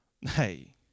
Hey